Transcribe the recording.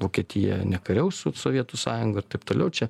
vokietija nekariaus su sovietų sąjunga ir taip toliau čia